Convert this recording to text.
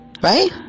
Right